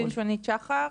עוה"ד שונית שחר,